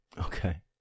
Okay